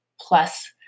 plus